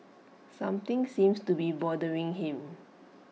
something seems to be bothering him